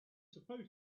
supposed